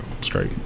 Straight